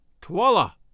Twala